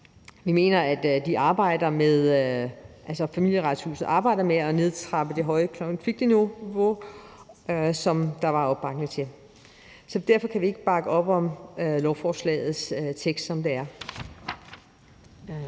Vi mener, at Familieretshuset arbejder med at nedtrappe det høje konfliktniveau, sådan som der var opbakning til. Så derfor kan vi ikke bakke op om beslutningsforslagets tekst, som den er,